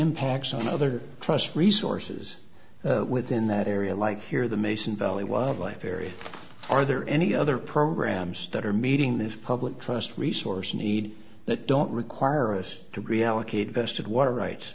impacts on other trusts resources within that area like here the mason valley wildlife area are there any other programs that are meeting this public trust resource need that don't require us to reallocate vested water rights